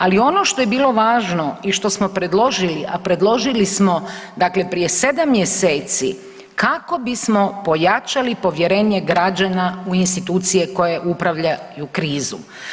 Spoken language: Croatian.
Ali ono što je bilo važno i što smo predložili, a predložili smo, dakle prije 7 mjeseci kako bismo pojačali povjerenje građana u institucije koje upravljaju krizu.